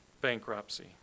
bankruptcy